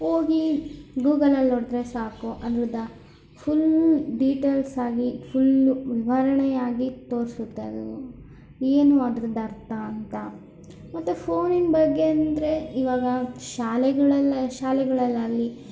ಹೋಗಿ ಗೂಗಲ್ನಲ್ಲಿ ನೋಡಿದರೆ ಸಾಕು ಅದರದ್ದು ಫುಲ್ ಡೀಟೇಲ್ಸ್ ಆಗಿ ಫುಲ್ಲು ವಿವರಣೆಯಾಗಿ ತೋರಿಸುತ್ತೆ ಅದು ಏನು ಅದ್ರದ್ದು ಅರ್ಥ ಅಂತ ಮತ್ತೆ ಪೋನಿನ ಬಗ್ಗೆ ಅಂದರೆ ಈವಾಗ ಶಾಲೆಗಳೆಲ್ಲ ಶಾಲೆಗಳಲ್ಲಾಗಲಿ